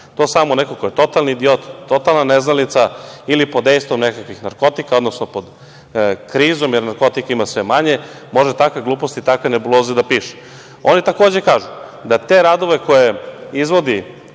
To samo neko ko je totalni idiot, totalna neznalica ili pod dejstvom nekakvih narkotika, odnosno pod krizom, jer narkotika ima sve manje, može takve gluposti, takve nebuloze da piše. Oni kažu da i te radove koje izvodi